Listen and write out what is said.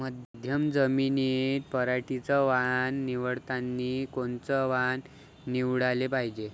मध्यम जमीनीत पराटीचं वान निवडतानी कोनचं वान निवडाले पायजे?